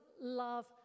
love